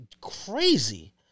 crazy